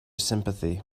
sympathy